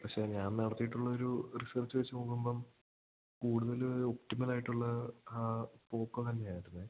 പക്ഷേ ഞാൻ നടത്തിയിട്ടുള്ള ഒരു റീസേർച്ച് വെച്ച് നോക്കുമ്പം കൂടുതൽ ഒപ്പ്റ്റിമെറായിട്ടുള്ള പോക്കോ തന്നെയായിരുന്നു